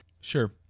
Sure